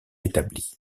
établi